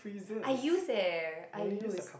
I used eh I used